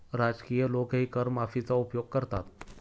राजकीय लोकही कर माफीचा उपयोग करतात